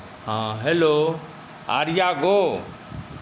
हँ हैलो आर्यागो